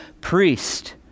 priest